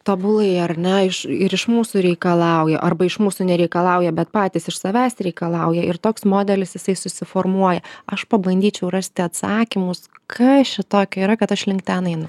tobulai ar ne iš ir iš mūsų reikalauja arba iš mūsų nereikalauja bet patys iš savęs reikalauja ir toks modelis jisai susiformuoja aš pabandyčiau rasti atsakymus kas čia tokio yra kad aš link ten einu